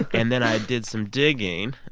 and then i did some digging,